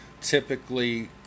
typically